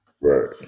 Right